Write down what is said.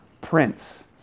prince